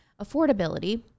affordability